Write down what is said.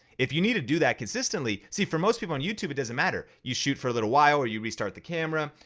if you need to do that consistently, see, for most people on youtube it doesn't matter, you shoot for a little while or you restart the camera,